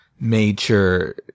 major